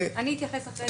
אני אתייחס לכך אחר כך.